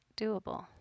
doable